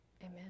amen